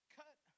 cut